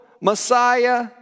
Messiah